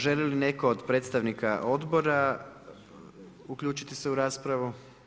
Želi li netko od predstavnika odbora uključiti se u raspravu?